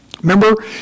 Remember